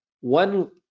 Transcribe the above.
one